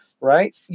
right